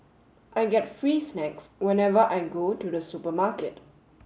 I get free snacks whenever I go to the supermarket